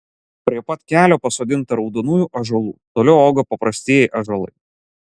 prie pat kelio pasodinta raudonųjų ąžuolų toliau auga paprastieji ąžuolai